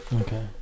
Okay